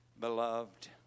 Beloved